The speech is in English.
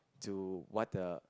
to what the